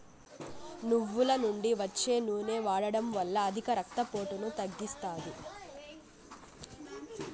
నువ్వుల నుండి వచ్చే నూనె వాడడం వల్ల అధిక రక్త పోటును తగ్గిస్తాది